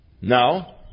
Now